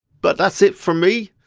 but that's it for me.